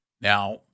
Now